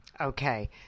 Okay